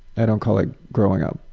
i don't call it growing up.